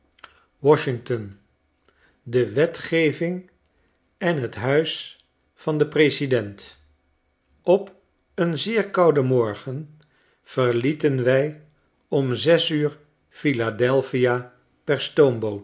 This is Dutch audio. washington de wetgeving en het huis van den president op een zeer kouden morgenverlietenwij om zes uur philadelphia per